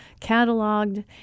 cataloged